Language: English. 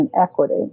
equity